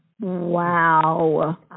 Wow